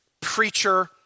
preacher